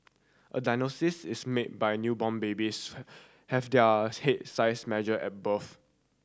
a diagnosis is made by newborn babies have their head size measured at birth